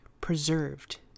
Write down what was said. preserved